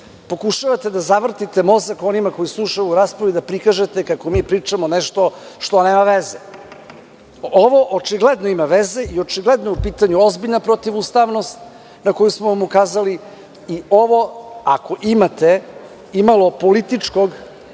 pokušavate da zavrtite mozak onima koji su ušli u ovu raspravu i da prikažete kako mi pričamo nešto što nema veze. Ovo očigledno ima veze i očigledno je u pitanju protivustavnost na koju smo vam ukazali. Ako imate imalo političkog